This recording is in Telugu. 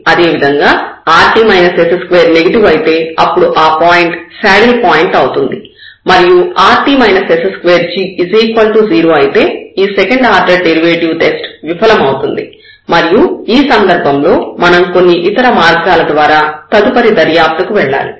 అదేవిధంగా rt s2 నెగెటివ్ అయితే అప్పుడు ఆ పాయింట్ శాడిల్ పాయింట్ అవుతుంది మరియు rt s20 అయితే ఈ సెకండ్ ఆర్డర్ డెరివేటివ్ టెస్ట్ విఫలమవుతుంది మరియు ఈ సందర్భంలో మనం కొన్ని ఇతర మార్గాల ద్వారా తదుపరి దర్యాప్తుకు వెళ్లాలి